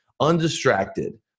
undistracted